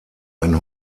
ein